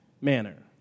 manner